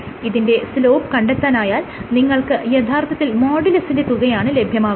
ഇതിന്റെ സ്ലോപ്പ് കണ്ടെത്താനായാൽ നിങ്ങൾക്ക് യഥാർത്ഥത്തിൽ മോഡുലസിന്റെ തുകയാണ് ലഭ്യമാകുന്നത്